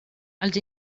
els